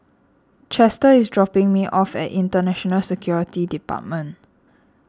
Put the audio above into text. Chester is dropping me off at Internal Security Department